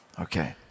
Okay